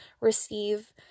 receive